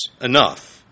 enough